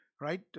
right